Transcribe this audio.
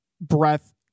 breath